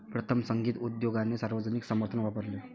प्रथम, संगीत उद्योगाने सार्वजनिक समर्थन वापरले